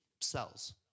cells